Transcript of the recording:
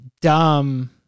dumb